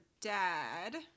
dad